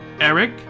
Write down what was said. Eric